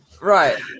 right